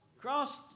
Cross